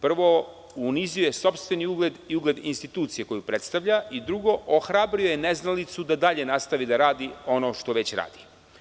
Prvo, unizio je sopstveni ugled i ugled institucije koju predstavlja, i drugo, ohrabrio je neznalicu da dalje nastavi da radi ono što već radi.